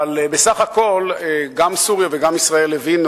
אבל בסך הכול גם סוריה וגם ישראל הבינו